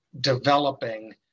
developing